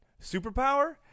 Superpower